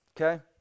Okay